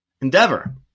endeavor